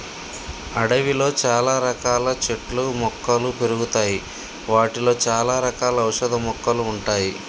అడవిలో చాల రకాల చెట్లు మొక్కలు పెరుగుతాయి వాటిలో చాల రకాల ఔషధ మొక్కలు ఉంటాయి